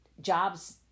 jobs